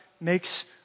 makes